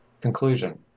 Conclusion